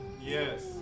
Yes